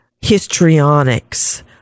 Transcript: histrionics